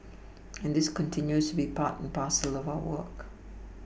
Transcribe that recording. and this continues to be part and parcel of our work